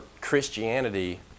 Christianity